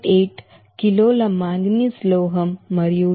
8 కిలోల మాంగనీస్ లోహం మరియు 2